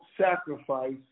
sacrifice